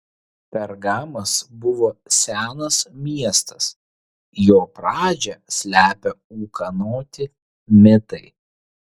pergamas buvo senas miestas jo pradžią slepia ūkanoti mitai